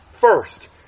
first